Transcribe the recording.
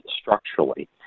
structurally